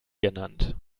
genannt